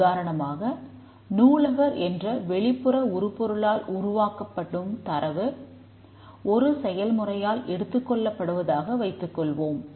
உதாரணமாக நூலகர் என்ற வெளிப்புற உருப்பொருளால் உருவாக்கப்படும் தரவு ஒரு செயல்முறையால் எடுத்துக்கொள்வதாக வைத்துக்கொள்வோம்